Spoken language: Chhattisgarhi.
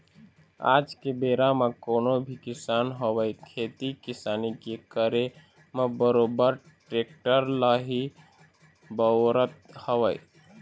आज के बेरा म कोनो भी किसान होवय खेती किसानी के करे म बरोबर टेक्टर ल ही बउरत हवय